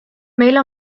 meil